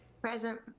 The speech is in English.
Present